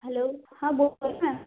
hello हां बो ना मॅम